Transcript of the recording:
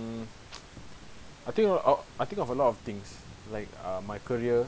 mm I think o~ I think of a lot of things like uh my career